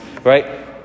Right